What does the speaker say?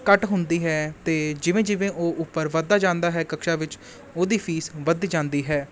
ਘੱਟ ਹੁੰਦੀ ਹੈ ਅਤੇ ਜਿਵੇਂ ਜਿਵੇਂ ਉਹ ਉੱਪਰ ਵਧਦਾ ਜਾਂਦਾ ਹੈ ਕਕਸ਼ਾ ਵਿੱਚ ਉਹਦੀ ਫੀਸ ਵੱਧ ਜਾਂਦੀ ਹੈ